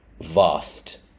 vast